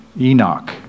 Enoch